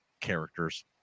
characters